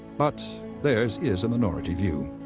but theirs is a minority view.